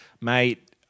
Mate